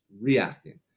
reacting